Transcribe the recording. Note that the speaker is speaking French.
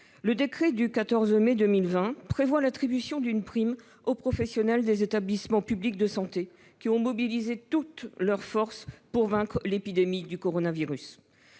Le décret du 14 mai 2020 prévoit l'attribution d'une prime aux professionnels des établissements publics de santé, qui ont mobilisé toutes leurs forces pour vaincre l'épidémie de coronavirus.